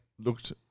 looked